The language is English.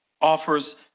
offers